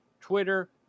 Twitter